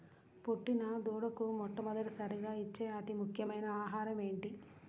పుట్టిన దూడకు మొట్టమొదటిసారిగా ఇచ్చే అతి ముఖ్యమైన ఆహారము ఏంటి?